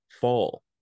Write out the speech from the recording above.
Fall